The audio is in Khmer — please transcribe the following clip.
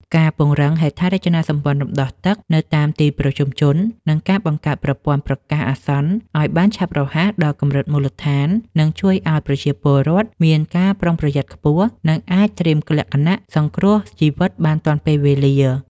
ការពង្រឹងហេដ្ឋារចនាសម្ព័ន្ធរំដោះទឹកនៅតាមទីប្រជុំជន និងការបង្កើតប្រព័ន្ធប្រកាសអាសន្នឱ្យបានឆាប់រហ័សដល់កម្រិតមូលដ្ឋាន នឹងជួយឱ្យប្រជាពលរដ្ឋមានការប្រុងប្រយ័ត្នខ្ពស់ និងអាចត្រៀមលក្ខណៈសង្គ្រោះជីវិតបានទាន់ពេលវេលា។